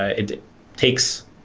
ah it takes